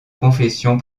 confession